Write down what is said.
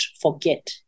forget